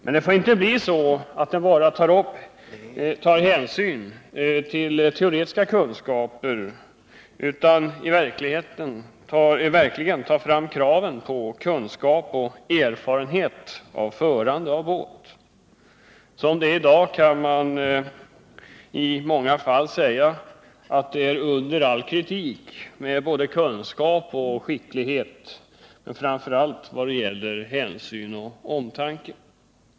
Men det får inte bli så, att det endast tas hänsyn till teoretiska kunskaper, utan man måste verkligen ta fram kraven på praktiska kunskaper och erfarenhet av förande av båt. I dag är det i många fall under all kritik när det gäller både kunskap och skicklighet och framför allt när det gäller hänsyn och omtanke.